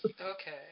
Okay